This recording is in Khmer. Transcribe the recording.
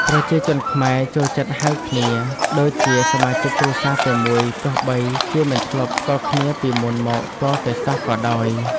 ប្រជាជនខ្មែរចូលចិត្តហៅគ្នាដូចជាសមាជិកគ្រួសារតែមួយទោះបីជាមិនធ្លាប់ស្គាល់គ្នាពីមុនមកទាល់តែសោះក៏ដោយ។